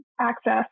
access